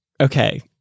okay